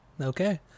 okay